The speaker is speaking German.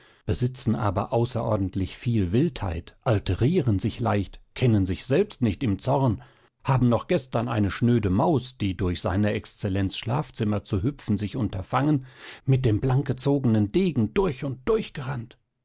besitzen aber außerordentlich viel wildheit alterieren sich leicht kennen sich selbst nicht im zorn haben noch gestern eine schnöde maus die durch sr exzellenz schlafzimmer zu hüpfen sich unterfangen mit dem blank gezogenen degen durch und durch gerannt